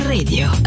Radio